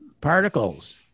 Particles